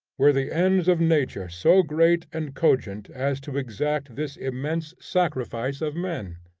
were the ends of nature so great and cogent as to exact this immense sacrifice of men?